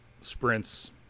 sprints